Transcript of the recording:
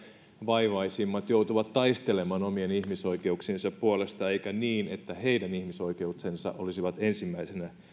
vaivaisimmat joutuvat taistelemaan omien ihmisoikeuksiensa puolesta eikä niin että heidän ihmisoikeutensa olisivat ensimmäisinä